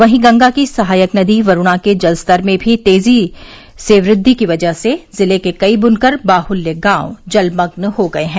वहीं गंगा की सहायक नदी वरूणा के जलस्तर में भी तेजी से वृद्धि की वजह से जिले के कई बुनकर बाहुल्य गांव जलमग्न हो गये हैं